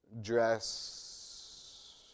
dress